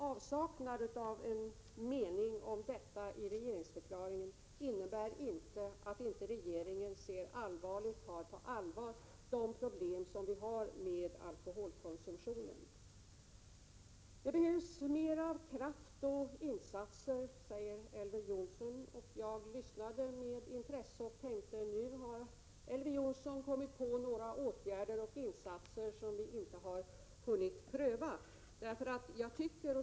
Avsaknaden av en mening om detta i regeringsförklaringen innebär inte att regeringen inte tar de problem som vi har med alkoholkonsumtionen på allvar. Det behövs mer av kraft och insatser, säger Elver Jonsson. Jag lyssnade med intresse och tänkte: Nu har Elver Jonsson kommit på något när det gäller åtgärder, insatser, som vi inte har hunnit pröva.